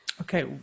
Okay